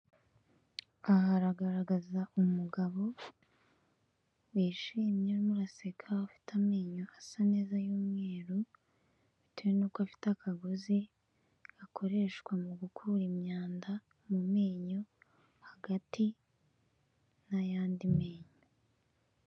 Aha hagaragaza umugabo wishimye, urimo uraseka ufite amenyo asa neza y'umweru, bitewe n'uko afite akagozi gakoreshwa mu gukura imyanda mu menyo hagati n'ayandi menyo.